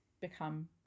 become